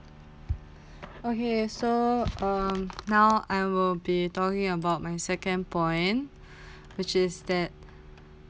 okay so um now I will be talking about my second point which is that